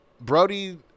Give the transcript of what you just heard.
Brody